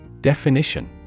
Definition